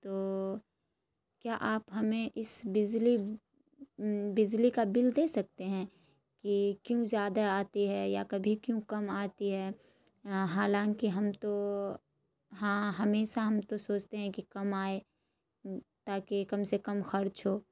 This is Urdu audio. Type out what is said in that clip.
تو کیا آپ ہمیں اس بجلی بجلی کا بل دے سکتے ہیں کہ کیوں زیادہ آتی ہے یا کبھی کیوں کم آتی ہے حالانکہ ہم تو ہاں ہمیشہ ہم تو سوچتے ہیں کہ کم آئے تاکہ کم سے کم خرچ ہو